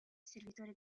servitori